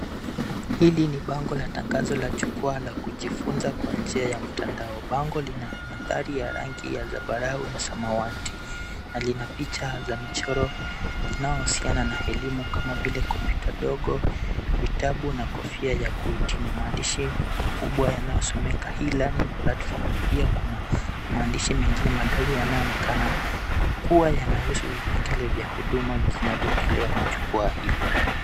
Hili ni bango la tangazo la jukwaa la kujifunza kwa njia ya mtandao. Bango lina mandhari ya rangi ya zambarau na samawati, na lina picha za michoro linaohusiana na elimu kama vile kompyuta ndogo, vitabu na kofia ya kuhitimu. Maandishi makubwa yanayosomeka E-Learning Platform na pia kuna maandishi mengine madogo yanayoonekana kuwa yanahusu vipengele vya huduma vinavyotolewa na jukwaa hilo.